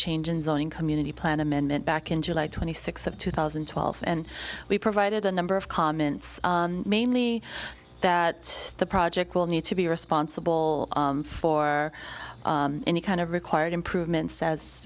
change in zoning community plan amendment back in july twenty sixth of two thousand and twelve and we provided a number of comments mainly that the project will need to be responsible for any kind of required improvements as